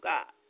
God